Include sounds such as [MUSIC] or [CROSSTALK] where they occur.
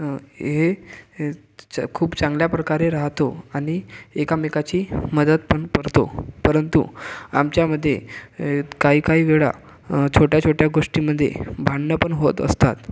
हे [UNINTELLIGIBLE] खूप चांगल्याप्रकारे राहतो आणि एकामेकाची मदत पण करतो परंतु आमच्यामध्ये काही काही वेळा छोट्याछोट्या गोष्टीमध्ये भांडणपण होत असतात